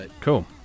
Cool